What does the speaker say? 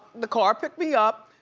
the car picked me up,